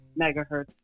megahertz